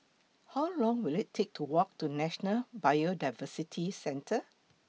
How Long Will IT Take to Walk to National Biodiversity Centre